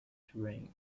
terrain